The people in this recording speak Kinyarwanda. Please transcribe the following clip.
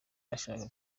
ashaka